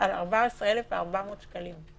14,400 שקלים.